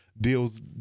deals